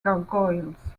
gargoyles